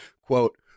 Quote